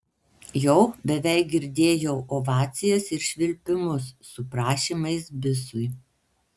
jau beveik girdėjau ovacijas ir švilpimus su prašymais bisui